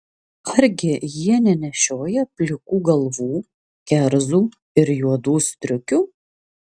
argi jie nenešioja plikų galvų kerzų ir juodų striukių